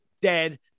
dead